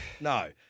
No